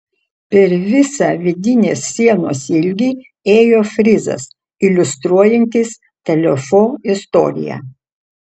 per visą vidinės sienos ilgį ėjo frizas iliustruojantis telefo istoriją